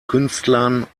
künstler